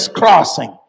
crossing